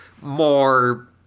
more